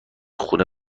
خونه